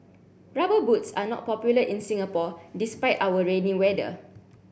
rubber boots are not popular in Singapore despite our rainy weather